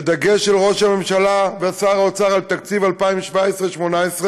ודגש של ראש הממשלה ושל שר האוצר בתקציב 2017 2018,